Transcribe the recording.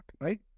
right